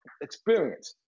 experience